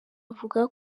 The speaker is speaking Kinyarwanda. avuga